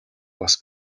бас